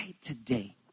today